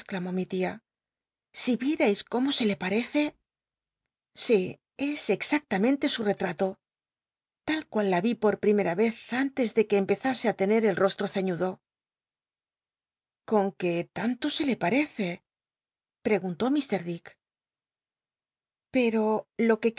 mi tia si vietais cómo se le parece si es exactamente su retrato la l cunl la yí pot ptimera ez antes de que cmprza e i lrnrr el rostro ceñudo con c ue tanto se le pmecc reguntó mt m dick vero lo que